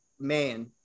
Man